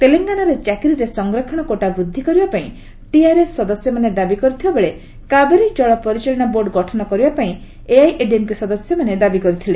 ତେଲଙ୍ଗାନାରେ ଚାକିରିରେ ସଂରକ୍ଷଣ କୋଟା ବୃଦ୍ଧି କରିବାପାଇଁ ଟିଆର୍ଏସ୍ ସଦସ୍ୟମାନେ ଦାବି କରିଥିବାବେଳେ କାବେରୀ ଜଳ ପରିଚାଳନା ବୋର୍ଡ଼ ଗଠନ କରିବାପାଇଁ ଏଆଇଏଡିଏମ୍କେ ସଦସ୍ୟମାନେ ଦାବି କରିଥିଲେ